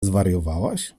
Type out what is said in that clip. zwariowałaś